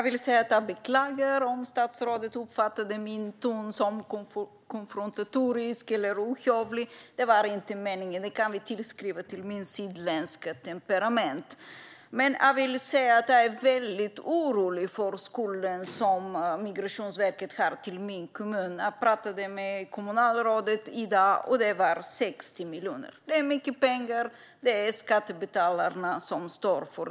Fru talman! Jag beklagar om statsrådet uppfattade min ton som konfronterande eller ohövlig. Det var inte min mening. Det kan vi tillskriva mitt sydländska temperament. Jag är väldigt orolig över Migrationsverkets skuld till min kommun. Jag pratade med kommunalrådet i dag, och det rör sig om 60 miljoner. Det är mycket pengar, som skattebetalarna står för.